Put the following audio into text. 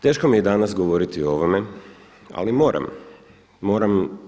Teško mi je danas govoriti o ovome, ali moram.